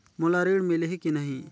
मोला ऋण मिलही की नहीं?